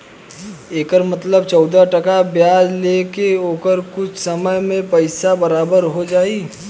एकर मतलब चौदह टका ब्याज ले के ओकर कुछ समय मे पइसा बराबर हो जाई